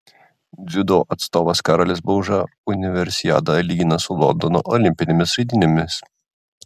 dziudo atstovas karolis bauža universiadą lygina su londono olimpinėmis žaidynėmis